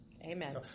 Amen